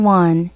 one